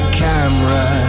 camera